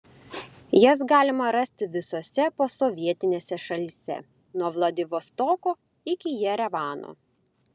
jas galima rasti visose posovietinėse šalyse nuo vladivostoko iki jerevano